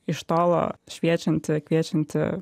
iš tolo šviečianti kviečianti